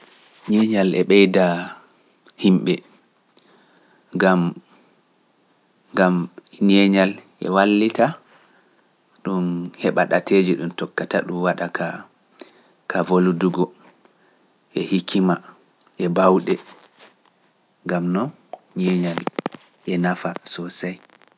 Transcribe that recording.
Eeh! Nyeenyal e nyamra lenyol yeeso dow ɗatal taguki ɗate finndinki fina tawaaji, wanginki ɗateeji numo luggungo gam hebuki faamu e fa'idaaji ɗuɗɗi hakkunde himɓeeji.